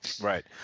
right